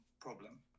problem